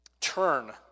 Turn